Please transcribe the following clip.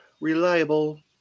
reliable